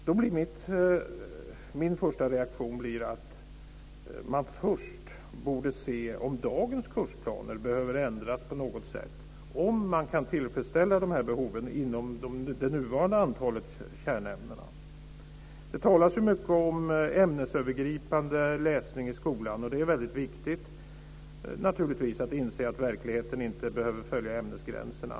Då blir min första reaktion att man först borde se om dagens kursplaner behöver ändras på något sätt, om man kan tillfredsställa de här behoven inom det nuvarande antalet kärnämnen. Det talas mycket om ämnesövergripande läsning i skolan, och det är naturligtvis väldigt viktigt att inse att verkligheten inte behöver följa ämnesgränserna.